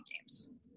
Games